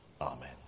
Amen